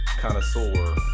connoisseur